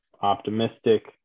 optimistic